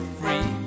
free